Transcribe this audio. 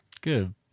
Good